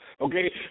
okay